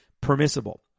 permissible